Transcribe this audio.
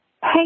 Hey